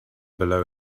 below